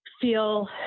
feel